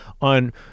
on